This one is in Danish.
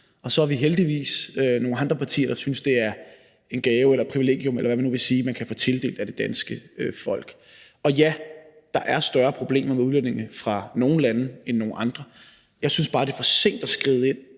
Så er vi heldigvis nogle andre partier, der synes, det er en gave eller et privilegium, eller hvad man nu vil sige, man kan få tildelt af det danske folk. Ja, der er større problemer med udlændinge fra nogle lande end fra andre. Jeg synes bare, det er for sent at skride ind